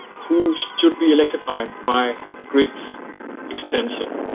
who should be electrified by grid extension.